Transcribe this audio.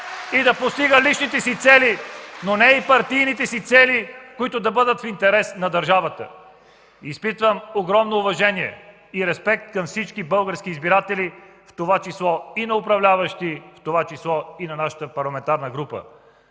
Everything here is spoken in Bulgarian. и да постига личните си цели, но не и партийните си цели, които да бъдат в интерес на държавата. Изпитвам огромно уважение и респект към всички български избиратели, в това число и на управляващи, в това число и нашата парламентарна група.